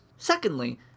Secondly